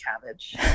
cabbage